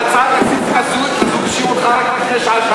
ההצעה הזו אם היא הונחה רק לפני שעה-שעתיים?